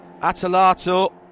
Atalato